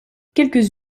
quelques